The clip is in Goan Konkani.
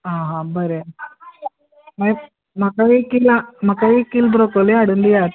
आं आं बरें हेंच म्हाका एक किला म्हाका एक किल ब्रोकोली हाडून दियात